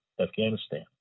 Afghanistan